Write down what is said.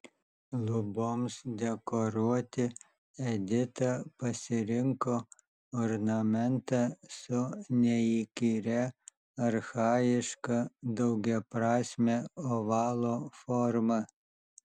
luboms dekoruoti edita pasirinko ornamentą su neįkyria archajiška daugiaprasme ovalo forma